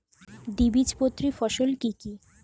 দ্বিবীজপত্রী ফসল কি কি?